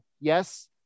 yes